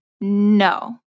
No